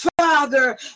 Father